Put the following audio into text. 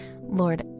lord